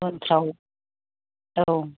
उनफोराव औ